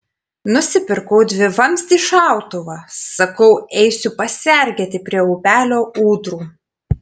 nusipirkau dvivamzdį šautuvą sakau eisiu pasergėti prie upelio ūdrų